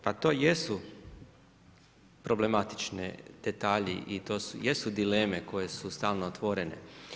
Pa jesu problematični detalji i to jesu dileme koje su stvarno otvorene.